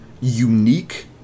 unique